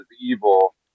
evil